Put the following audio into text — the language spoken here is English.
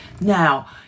Now